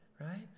right